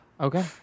Okay